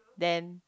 then